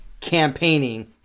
campaigning